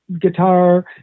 guitar